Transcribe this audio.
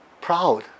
proud